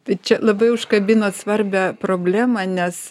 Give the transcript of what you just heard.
tai čia labai užkabinot svarbią problemą nes